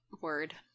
Word